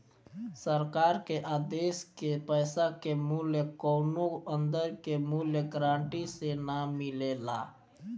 सरकार के आदेश के पैसा के मूल्य कौनो अंदर के मूल्य गारंटी से ना मिलेला